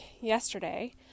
yesterday